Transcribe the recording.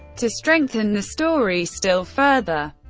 to strengthen the story still further,